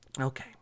okay